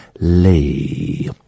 Lee